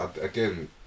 again